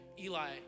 Eli